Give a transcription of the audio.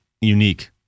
unique